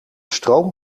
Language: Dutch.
stroom